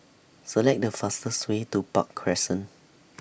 Select The fastest Way to Park Crescent